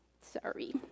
Sorry